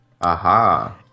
Aha